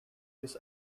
his